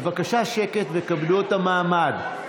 בבקשה שקט וכבדו את המעמד.